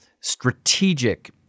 strategic